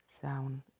sound